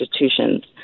institutions